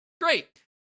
Great